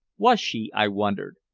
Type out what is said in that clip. was she, i wondered,